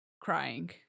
crying